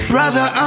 Brother